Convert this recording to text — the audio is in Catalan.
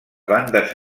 bandes